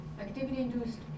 activity-induced